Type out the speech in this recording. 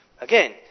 again